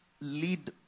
lead